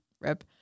Rip